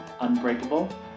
unbreakable